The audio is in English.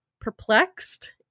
perplexed